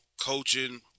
coaching